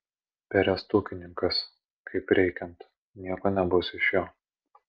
perestukininkas kaip reikiant nieko nebus iš jo